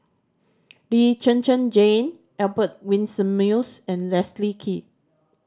Lee Zhen Zhen Jane Albert Winsemius and Leslie Kee